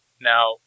Now